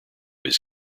his